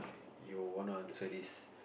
you wanna answer this